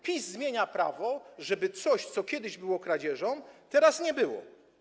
PiS zmienia prawo, żeby coś, co kiedyś było kradzieżą, teraz nią nie było.